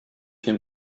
him